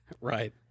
right